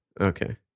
Okay